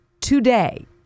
today